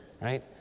right